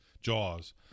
jaws